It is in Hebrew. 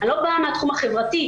אני לא באה מהתחום החברתי,